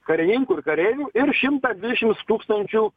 karininkų ir kareivių ir šimtą dvidešimts tūkstančių